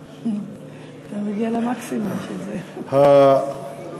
גטאס, ואחריו, חבר הכנסת שי וחבר הכנסת זאב.